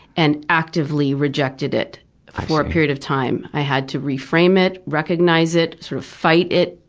and actively rejected it for a period of time. i had to reframe it, recognize it, sort of fight it,